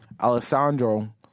Alessandro